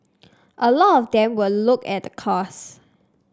a lot of them will look at the cost